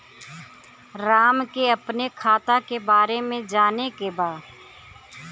राम के अपने खाता के बारे मे जाने के बा?